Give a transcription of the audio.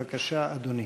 בבקשה, אדוני.